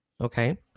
Okay